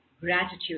gratitude